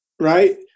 Right